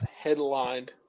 headlined